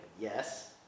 yes